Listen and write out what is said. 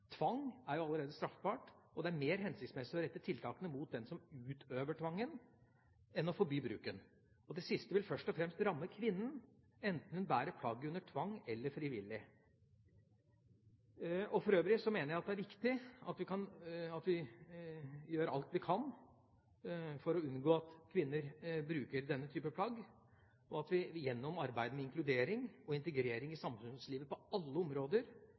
Tvang er jo allerede straffbart, og det er mer hensiktsmessig å rette tiltakene mot den som utøver tvangen, enn å forby bruken. Det siste vil først og fremst ramme kvinnen, enten hun bærer plagget under tvang eller frivillig. For øvrig mener jeg det er viktig at vi gjør alt vi kan for å unngå at kvinner bruker denne type plagg, og at vi gjennom arbeidet med inkludering og integrering i samfunnslivet på alle områder